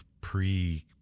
pre